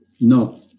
No